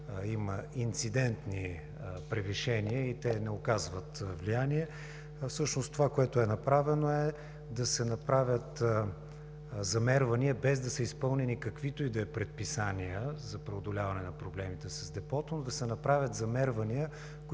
има инцидентни превишения и те не оказват влияние, а всъщност това, което е направено, е да се направят замервания, без да са изпълнени каквито и да е предписания за преодоляване на проблемите с Депото, да се направят замервания,